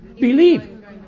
Believe